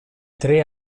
tre